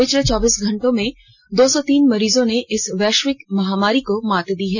पिछले चौबीस घंटे में दो सौ तीन मरीजों ने इस वैश्विक महामारी को मात दी है